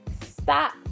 Stop